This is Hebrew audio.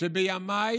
בימיי